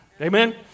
Amen